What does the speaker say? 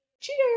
cheers